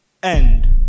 end